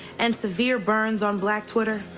and severe burns on black twitter?